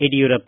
Yediyurappa